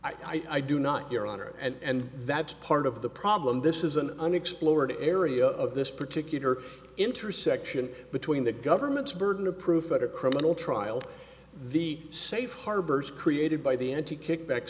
i do not your honor and that's part of the problem this is an unexplored area of this particular intersection between the government's burden of proof that a criminal trial the safe harbors created by the end to kickback